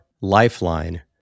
lifeline